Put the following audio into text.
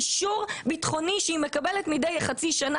אישור ביטחוני שהיא מקבלת מידי חצי שנה.